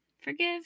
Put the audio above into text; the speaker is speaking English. forgive